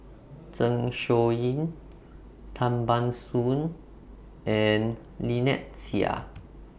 Zeng Shouyin Tan Ban Soon and Lynnette Seah